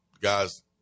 guys